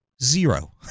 Zero